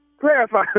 Clarify